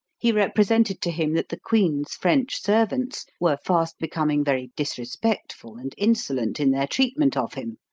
he represented to him that the queen's french servants were fast becoming very disrespectful and insolent in their treatment of him,